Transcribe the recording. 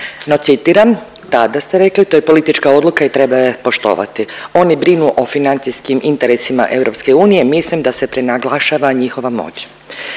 no citiram tada ste rekli „To je politička odluka i treba je poštovati, oni brinu o financijskim interesima EU mislim da se prenaglašava njihova moć.“.